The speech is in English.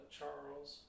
Charles